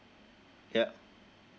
yup